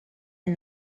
est